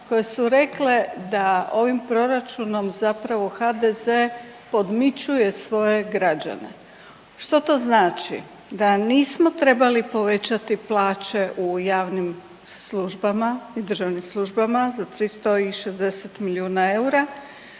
koje su rekle da ovim proračunom zapravo HDZ podmićuje svoje građane. Što to znači? Da nismo trebali povećati plaće u javnim službama i državnim službama za 360 milijuna eura,